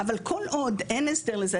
אבל כל עוד אין הסדר לזה,